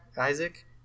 Isaac